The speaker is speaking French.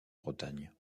bretagne